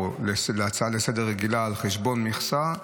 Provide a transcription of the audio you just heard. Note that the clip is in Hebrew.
הצעה רגילה לסדר-היום על חשבון מכסה,